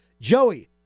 Joey